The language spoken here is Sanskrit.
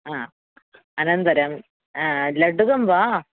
आ अनन्तरं लड्डुकं वा